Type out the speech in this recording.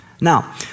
Now